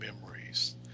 memories